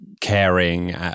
caring